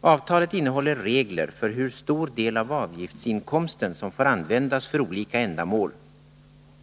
Avtalet innehåller regler för hur stor del av avgiftsinkomsten som får användas för olika ändamål,